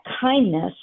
kindness